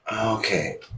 Okay